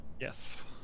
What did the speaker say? Yes